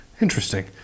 Interesting